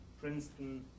Princeton